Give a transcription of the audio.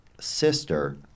sister